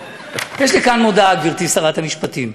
יש לי כאן מודעה, גברתי שרת המשפטים.